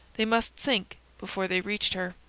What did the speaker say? they must sink before they reached her.